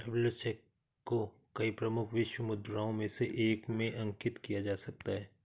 travellers cheque को कई प्रमुख विश्व मुद्राओं में से एक में अंकित किया जा सकता है